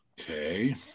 Okay